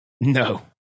No